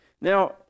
Now